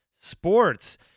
sports